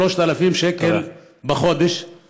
3,000 שקל בחודש?